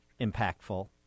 impactful